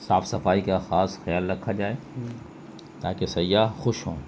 صاف صفائی کا خاص خیال رکھا جائے تاکہ سیاح خوش ہوں